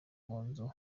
munzu